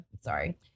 sorry